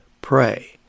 pray